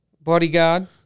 Bodyguard